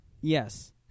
Yes